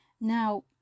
Now